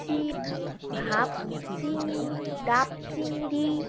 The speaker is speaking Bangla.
চি ভাপ চিং ডাব চিংড়ি